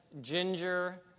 Ginger